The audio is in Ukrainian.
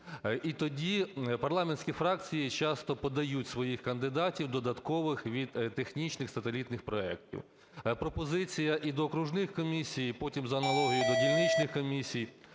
і тоді парламентські фракції часто своїх кандидатів додаткових від технічних сателітних проектів. Пропозиція і до окружних комісій, і потім за аналогією до дільничних комісій